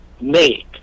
make